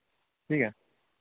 ठीक है